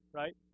right